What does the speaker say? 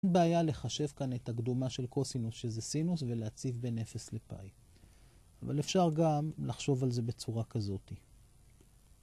אין בעיה לחשב כאן את הקדומה של קוסינוס, שזה סינוס, ולהציב בין 0 לפאי. אבל אפשר גם לחשוב על זה בצורה כזאתי.